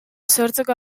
sortzeko